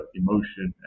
emotion